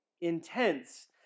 intense